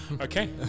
okay